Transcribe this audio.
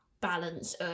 balance